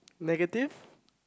negative